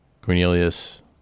Cornelius